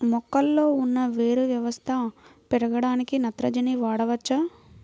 మొక్కలో ఉన్న వేరు వ్యవస్థ పెరగడానికి నత్రజని వాడవచ్చా?